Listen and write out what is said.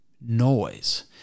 noise